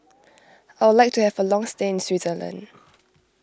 I would like to have a long stay in Switzerland